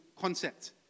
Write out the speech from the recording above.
concept